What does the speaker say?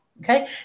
Okay